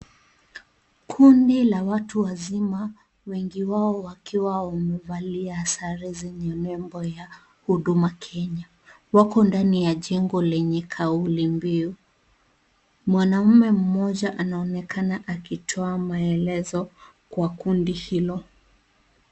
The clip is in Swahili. Kundi la watu wazima wengi wao wakiwa wamevalia sare zenye nembo ya huduma Kenya wako ndani kwenye jengo lenye kauli mbio mwanaume mmoja anaonekana akitoa maelezo kwa kundi hilo.